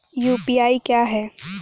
UPI क्या है?